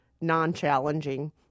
non-challenging